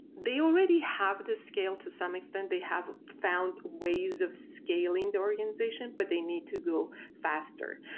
they already have the scale to some extent. they have found ways of scaling the organization, but they need to go faster,